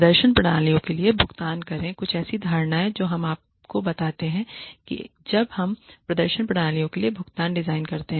प्रदर्शन प्रणालियों के लिए भुगतान करें कुछ ऐसी धारणाएँ जो हम आपको बताते हैं कि जब हम प्रदर्शन प्रणालियों के लिए भुगतान डिज़ाइन करते हैं